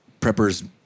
preppers